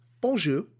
Bonjour